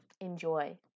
enjoy